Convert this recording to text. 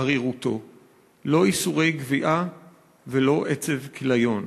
ערירותו/ לא ייסורי גוויעה/ ולא עצב כיליון".